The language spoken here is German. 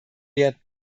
wert